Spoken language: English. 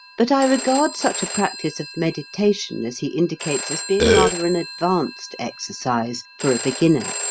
but i regard such a practice of meditation as he indicates as being rather an advanced exercise for a beginner.